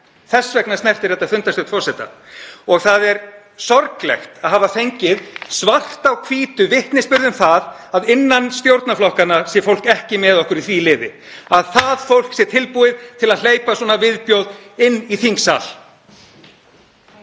Þess vegna snertir þetta fundarstjórn forseta. Það er sorglegt að hafa fengið svart á hvítu vitnisburð um það að innan stjórnarflokkanna sé fólk ekki með okkur í því liði, að það fólk sé tilbúið til að hleypa svona viðbjóði inn í þingsal.